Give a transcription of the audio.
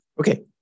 Okay